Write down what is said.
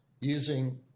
using